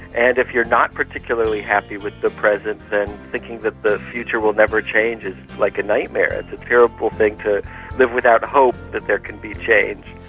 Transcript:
and if you're not particularly happy with the present then thinking that the future will never change is like a nightmare, it's a terrible thing to live without hope that there can be change.